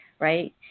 right